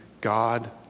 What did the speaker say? God